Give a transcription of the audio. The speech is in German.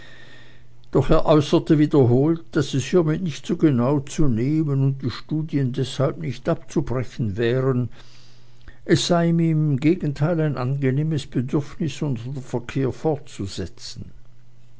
doch er äußerte wiederholt daß es hiemit nicht so genau zu nehmen und die studien deshalb nicht abzubrechen wären es sei ihm im gegenteil ein angenehmes bedürfnis unsern verkehr fortzusetzen